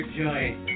joint